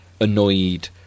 annoyed